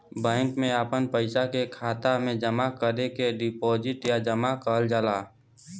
bank मे आपन पइसा के खाता मे जमा करे के डीपोसिट या जमा कहल जाला